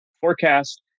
forecast